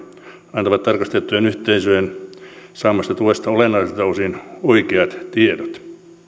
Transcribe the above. antavat tarkastettujen yhteisöjen saamasta tuesta olennaisilta osin oikeat tiedot